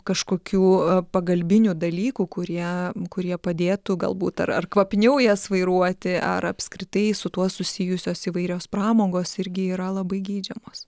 kažkokių pagalbinių dalykų kurie kurie padėtų galbūt ar ar kvapniau jas vairuoti ar apskritai su tuo susijusios įvairios pramogos irgi yra labai geidžiamos